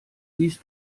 siehst